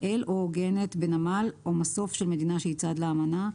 אל או עוגנת בנמל או מסוף של מדינה שהיא צד לאמנה.